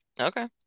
Okay